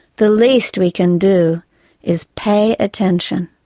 the least we can do is pay attention.